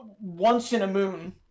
once-in-a-moon